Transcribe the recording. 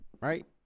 right